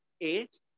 eight